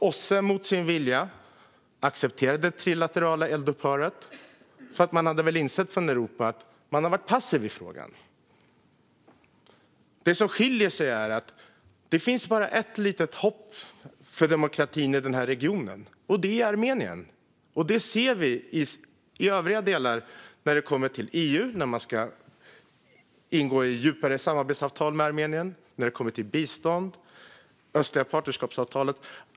OSSE, mot sin vilja, accepterade det trilaterala eldupphöret, för Europa hade väl insett att man varit passiv i frågan. Det som skiljer är att det finns bara ett litet hopp för demokratin i denna region, och det är Armenien. Det ser vi i övriga delar när det kommer till EU och när man ska ingå djupare samarbetsavtal med Armenien och när det kommer till bistånd och det östliga partnerskapsavtalet.